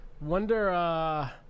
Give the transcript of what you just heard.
Wonder